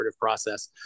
process